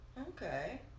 okay